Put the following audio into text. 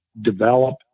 develop